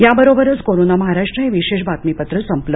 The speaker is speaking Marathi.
याबरोबरच कोरोना महाराष्ट्र हे विशेष बातमीपत्र संपलं